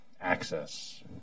access